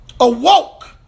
Awoke